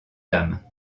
dames